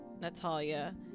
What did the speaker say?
Natalia